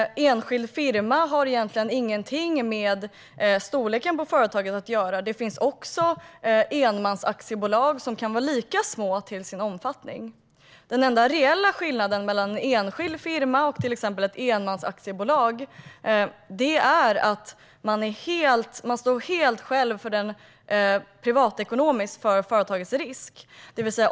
Enskild firma har egentligen ingenting med storleken på företaget att göra - det finns enmansaktiebolag som kan vara lika små till sin omfattning. Den enda reella skillnaden mellan enskild firma och till exempel ett enmansaktiebolag är att man står för företagets risk helt själv, privatekonomiskt.